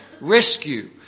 Rescue